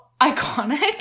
iconic